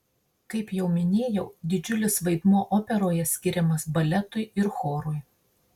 kaip jau minėjau didžiulis vaidmuo operoje skiriamas baletui ir chorui